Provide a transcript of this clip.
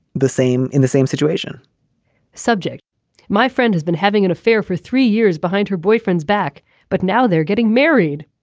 the same in the same situation subject my friend has been having an affair for three years behind her boyfriend's back but now they're getting married.